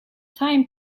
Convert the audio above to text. time